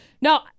No